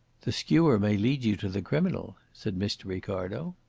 the skewer may lead you to the criminal, said mr. ricardo.